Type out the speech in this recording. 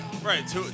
Right